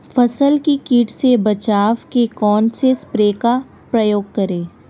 फसल को कीट से बचाव के कौनसे स्प्रे का प्रयोग करें?